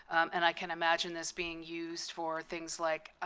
and i can imagine this being used for things like